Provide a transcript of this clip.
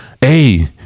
Hey